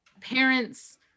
parents